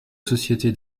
société